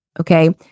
Okay